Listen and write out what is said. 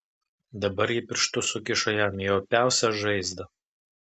dabar ji pirštus sukišo jam į opiausią žaizdą